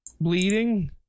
Bleeding